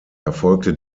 erfolgte